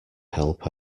help